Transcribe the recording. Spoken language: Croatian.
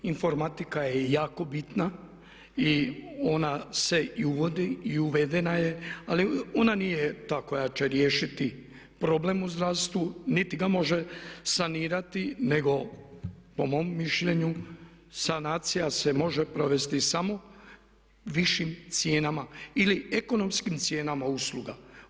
Informatika je jako bitna i ona se i uvodi i uvedena je, ali ona nije ta koja će riješiti problem u zdravstvu niti ga može sanirati, nego po mom mišljenju sanacija se može provesti samo višim cijenama ili ekonomskim cijenama usluga.